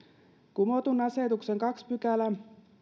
kumotun asetuksen toinen pykälä